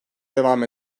devam